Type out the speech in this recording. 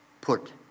put